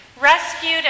rescued